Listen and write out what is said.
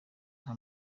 nta